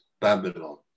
Babylon